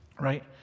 right